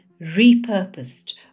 repurposed